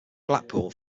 blackpool